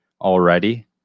already